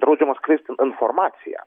draudžiama skleist informaciją